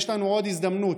יש לנו עוד הזדמנות.